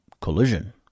collision